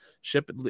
ship